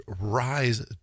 rise